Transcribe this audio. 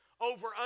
over